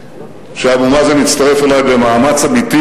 שאבו מאזן יצטרף אלי במאמץ אמיתי